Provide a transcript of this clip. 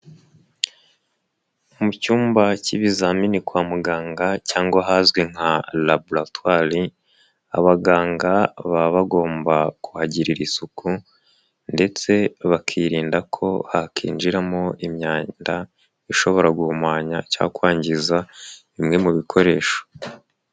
Mu cyumba cy'ibizamini kwa muganga cyangwa ahazwi nka laburatwari, abaganga baba bagomba kuhagirira isuku ndetse bakirinda ko hakinjiramo imyanda, ishobora guhumanya cyangwa kwangiza bimwe mu bikoresho.